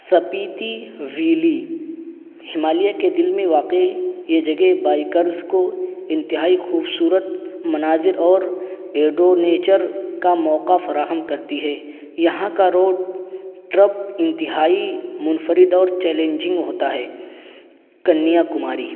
Spiti valley Himalaya کے دل میں واقع یہ جگہ بائکرز کو انتہائی خوبصورت مناظر اور اِیڈوِنیچر کا موقع فراہم کرتی ہے یہاں کا روڈ ٹرب انتہائی منفرد اور چیلنجنگ ہوتا ہے کنیا کماری